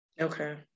Okay